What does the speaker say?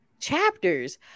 chapters